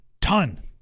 ton